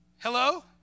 Hello